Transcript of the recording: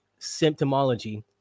symptomology